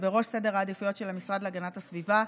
בראש סדר העדיפויות של המשרד להגנת הסביבה,